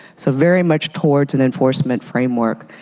so very much towards an enforcement framework.